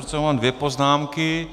Já mám dvě poznámky.